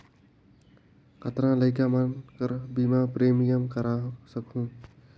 कतना लइका मन कर बीमा प्रीमियम करा सकहुं?